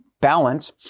balance